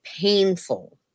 painful